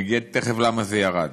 אני אגיד תכף למה זה ירד.